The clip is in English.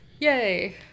Yay